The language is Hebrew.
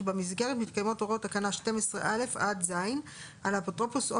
כי במסגרת מתקיימות הוראות תקנה 12(א) עד (ז); על האפוטרופוס או